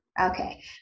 Okay